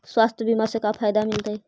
स्वास्थ्य बीमा से का फायदा मिलतै?